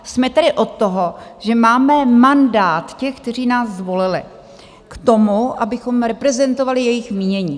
Jsme tady od toho, že máme mandát těch, kteří nás zvolili, k tomu, abychom reprezentovali jejich mínění.